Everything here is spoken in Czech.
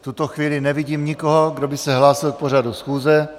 V tuto chvíli nevidím nikoho, kdo by se hlásil k pořadu schůze.